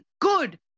Good